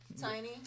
Tiny